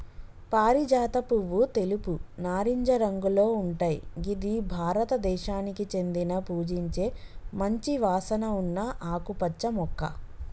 పారిజాత పువ్వు తెలుపు, నారింజ రంగులో ఉంటయ్ గిది భారతదేశానికి చెందిన పూజించే మంచి వాసన ఉన్న ఆకుపచ్చ మొక్క